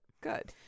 Good